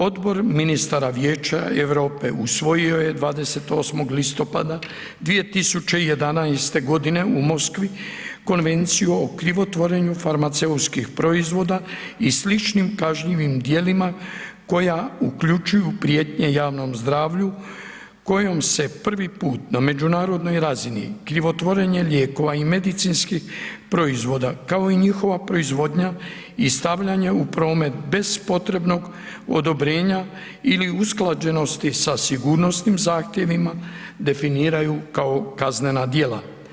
Odbor ministara Vijeća Europe usvojio je 28. listopada 2011. g. u Moskvi Konvenciju o krivotvorenju farmaceutskih proizvoda i sličnim kažnjivim djelima koja uključuju prijetnje javnom zdravlju kojom se prvi put na međunarodnoj razini krivotvorenje lijekova i medicinskih proizvoda kao i njihova proizvodnja i stavljanje u promet bez potrebnog odobrenja ili usklađenosti sa sigurnosnim zahtjevima, definiraju kao kaznena djela.